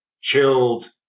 chilled